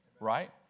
Right